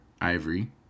Ivory